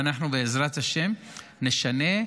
ואנחנו, בעזרת השם, נשנה.